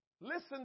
listen